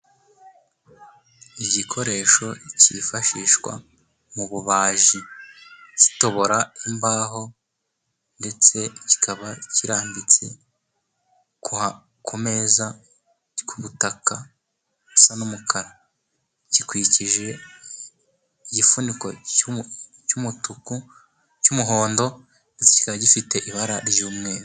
Igikoresho cyifashishwa mu bubaji gitobora imbaho ndetse kikaba kirambitse ku meza kubutaka busa n'umukara gikikijwe n' igifuniko cy'umutuku cy'umuhondo kikaba gifite ibara ry'umweru.